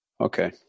Okay